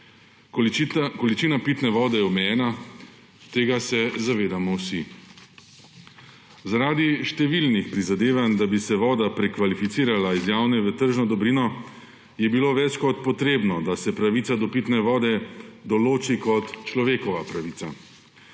Količina pitne vode je omejena, tega se zavedamo vsi. Zaradi številnih prizadevanj, da bi se voda prekvalificirala iz javne v tržno dobrino, je bilo več kot potrebno, da se pravica do pitne vode določi kot človekova pravica.